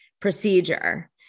procedure